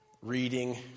reading